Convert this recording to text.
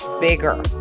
bigger